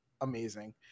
amazing